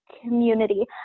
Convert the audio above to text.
community